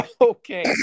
Okay